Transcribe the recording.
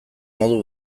modu